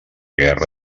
guerra